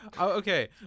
Okay